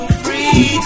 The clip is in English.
free